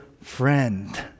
friend